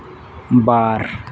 ᱵᱟᱨ